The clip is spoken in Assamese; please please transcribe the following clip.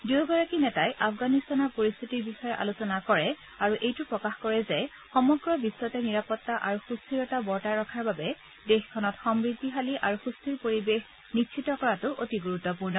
দুয়োগৰাকী নেতাই আফগানিস্তানৰ পৰিস্থিতিৰ বিষয়ে আলোচনা কৰে আৰু এইটো প্ৰকাশ কৰে যে সমগ্ৰ বিশ্বতে নিৰাপত্তা আৰু সুস্থিৰতা বৰ্তাই ৰখাৰ বাবে দেশখনত সমৃদ্ধিশালী আৰু সুস্থিৰ পৰিৱেশ নিশ্চিত কৰাটো অতি গুৰুত্পূৰ্ণ